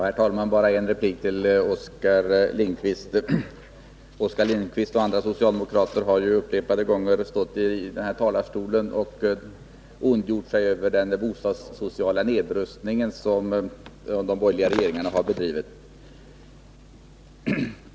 Herr talman! Bara en replik till Oskar Lindkvist. Han och andra socialdemokrater har upprepade gånger stått i denna talarstol och ondgjort sig över den bostadssociala nedrustning som de borgerliga regeringarna har bedrivit.